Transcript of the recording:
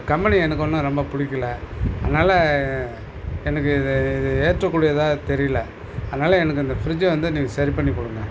company எனக்கு ஒன்றும் ரொம்ப பிடிக்கில அதனால் எனக்கு இது இது ஏற்ற கூடியதாக எனக்கு தெரியல அதனால் எனக்கு இந்த ஃபிரிட்ஜை வந்து சரி பண்ணி கொடுங்க